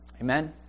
Amen